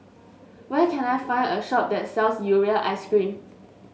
where can I find a shop that sells Urea ice cream